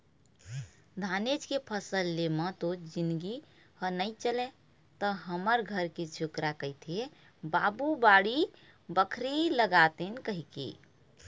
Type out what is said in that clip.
धानेच के फसल ले म तो जिनगी ह नइ चलय त हमर घर के छोकरा कहिथे बाबू बाड़ी बखरी लगातेन कहिके